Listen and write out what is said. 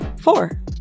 Four